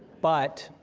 but,